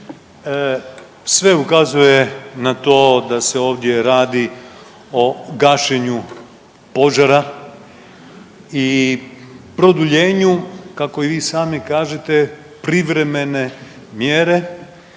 sve ukazuje na to da se ovdje radi o gašenju požara i produljenu kako i vi sami kažete privremene mjere